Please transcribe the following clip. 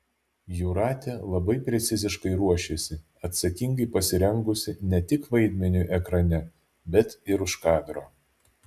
jūratė labai preciziškai ruošiasi atsakingai pasirengusi ne tik vaidmeniui ekrane bet ir už kadro